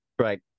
Right